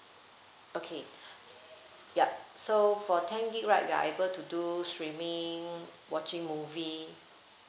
okay s~ yup so for ten gig right you're able to do streaming watching movie